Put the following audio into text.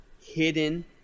hidden